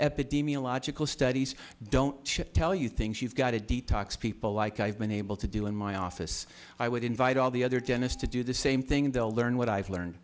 epidemiological studies don't tell you things you've got to detox people like i've been able to do in my office i would invite all the other dentist to do the same thing and they'll learn what i've learned